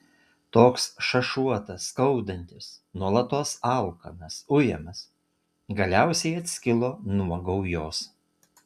toks šašuotas skaudantis nuolatos alkanas ujamas galiausiai atskilo nuo gaujos